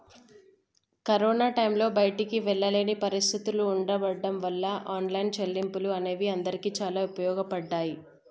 corona టైంలో బయటికి వెళ్ళలేని పరిస్థితులు ఉండబడ్డం వాళ్ళ ఆన్లైన్ చెల్లింపులు అనేవి అందరికీ చాలా ఉపయోగపడ్డాయి